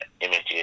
images